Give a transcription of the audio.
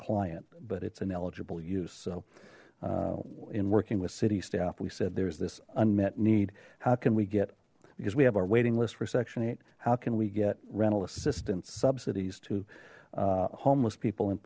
client but it's an eligible use so in working with city staff we said there's this unmet need how can we get because we have our waiting list for section eight how can we get rental assistance subsidies to homeless people in